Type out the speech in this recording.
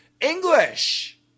English